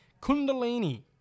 Kundalini